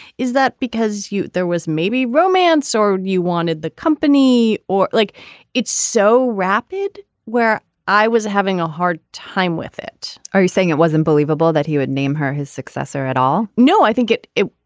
is that because you there was maybe romance or you wanted the company. or like it's so rapid where i was having a hard time with it. are you saying it wasn't believable that he would name her his successor at all. no i think it is.